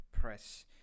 Press